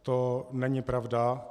To není pravda.